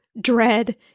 dread